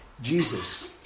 Jesus